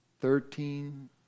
thirteen